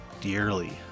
dearly